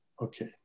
Okay